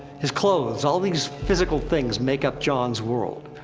his clothes, all these physical things make up jon's world.